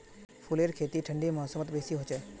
फूलेर खेती ठंडी मौसमत बेसी हछेक